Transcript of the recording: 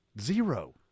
zero